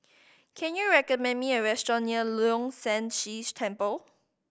can you recommend me a restaurant near Leong San See Temple